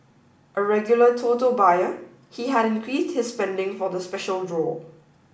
a regular Toto buyer he had increased his spending for the special draw